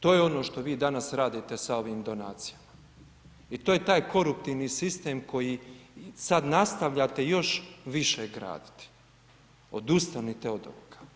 To je ono što vi danas radite sa ovim donacijama i to je taj koruptivni sistem koji sada nastavljate još više graditi, odustanite od ovoga.